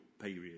Period